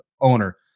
owner